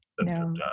No